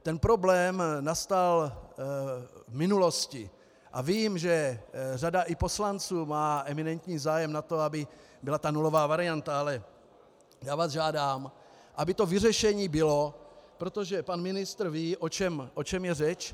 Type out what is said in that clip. Ten problém nastal v minulosti a vím, že i řada poslanců má eminentní zájem na tom, aby byla nulová varianta, ale já vás žádám, aby to vyřešení bylo, protože pan ministr ví, o čem je řeč.